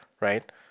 right